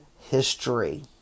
history